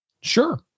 Sure